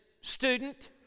student